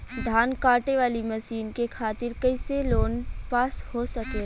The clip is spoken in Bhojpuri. धान कांटेवाली मशीन के खातीर कैसे लोन पास हो सकेला?